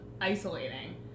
isolating